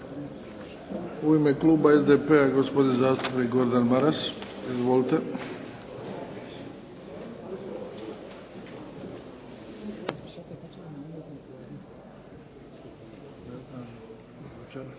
U ime kluba SDP-a gospodin zastupnik Gordan Maras. Izvolite. **Maras,